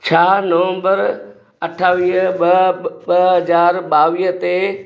छा नवंबर अठावीह ॿ ॿ हज़ार ॿावीह ते